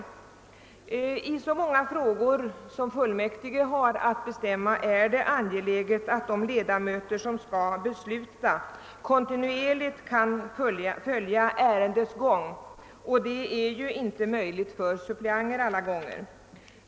Med tanke på de många frågor i vilka fullmäktige har att besluta är det angeläget att ledamöterna kontinuerligt kan följa ärendenas gång, och det är ju inte alltid möjligt för suppleanter.